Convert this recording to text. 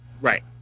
Right